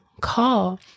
call